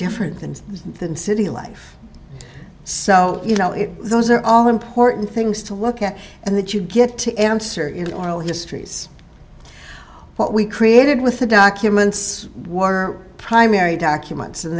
different things than city life so you know it those are all important things to look at and that you get to answer in oral histories what we created with the documents were primary documents and